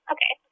Okay